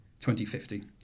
2050